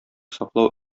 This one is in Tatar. саклау